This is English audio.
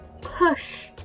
push